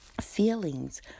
feelings